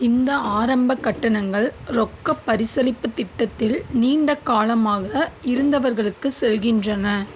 இந்த ஆரம்ப கட்டணங்கள் ரொக்கப் பரிசளிப்புத் திட்டத்தில் நீண்ட காலமாக இருந்தவர்களுக்குச் செல்கின்றன